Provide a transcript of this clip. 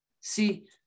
See